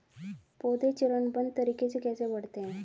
पौधे चरणबद्ध तरीके से कैसे बढ़ते हैं?